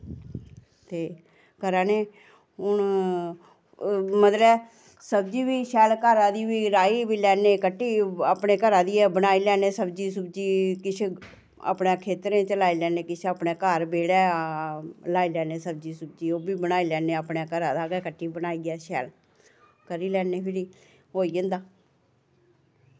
ते करा ने हून मतलब ऐ सब्जी बी शैल घरा दी बा रहाई बी लैन्ने कट्टी अपने घरा दी गै बनाई लैन्ने सब्जी सुब्जी किश अपनै खेतरें च लाई लैन्ने किश अपने घर बेह्ड़ै लाई लैन्ने सब्जी सुब्जी ओह् बी बनाई लैन्ने अपने घरा दा गै कट्टी बनाइयै शैल करी लैन्ने फिरी होई जंदा